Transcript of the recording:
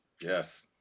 yes